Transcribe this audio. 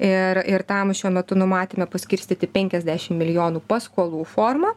ir ir tam šiuo metu numatėme paskirstyti penkiasdešimt milijonų paskolų forma